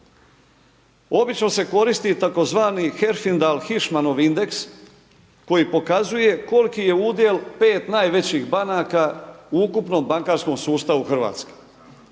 Obično se koristi tzv. Herfindahl-Hirschman Indeks koji pokazuje koliki je udjel 5 najvećih banaka u ukupnom bankarskom sustavu Hrvatske.